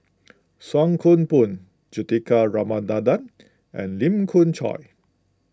Song Koon Poh Juthika Ramanathan and Lee Khoon Choy